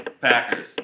Packers